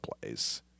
plays